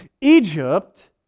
Egypt